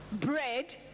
bread